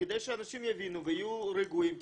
וכדי שאנשים יבינו ויהיו רגועים,